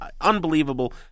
unbelievable